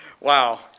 Wow